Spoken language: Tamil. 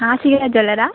Asia jewellers